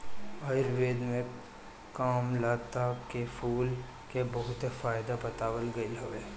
आयुर्वेद में कामलता के फूल के बहुते फायदा बतावल गईल हवे